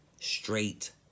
straight